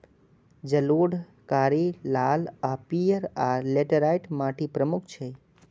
जलोढ़, कारी, लाल आ पीयर, आ लेटराइट माटि प्रमुख छै